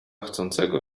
chcącego